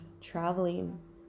traveling